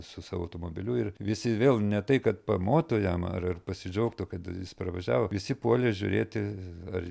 su savo automobiliu ir visi vėl ne tai kad pamotų jam ar pasidžiaugtų kad jis parvažiavo visi puolė žiūrėti ar